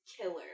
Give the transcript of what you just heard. killer